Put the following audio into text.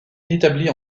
établie